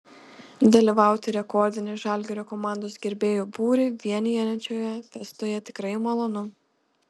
dalyvauti rekordinį žalgirio komandos gerbėjų būrį vienijančioje fiestoje tikrai malonu